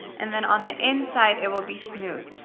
and then on the inside it will be smooth.